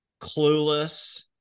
clueless